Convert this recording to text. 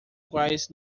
quais